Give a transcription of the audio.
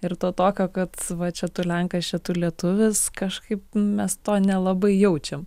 ir to tokio kad va čia tu lenkas čia tu lietuvis kažkaip mes to nelabai jaučiam